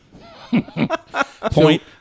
Point